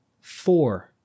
four